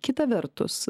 kitą vertus